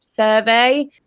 Survey